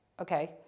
Okay